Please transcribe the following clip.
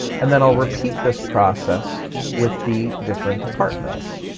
and then i'll repeat this process with the different departments.